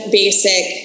basic